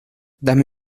dame